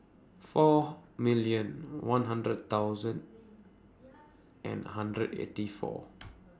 four million one hundred thousand and hundred eighty four